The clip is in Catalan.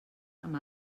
amb